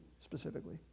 specifically